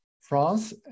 France